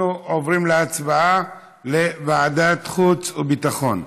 אנחנו עוברים להצבעה על העברה לוועדת החוץ והביטחון.